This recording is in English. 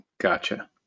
Gotcha